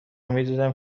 میدیدم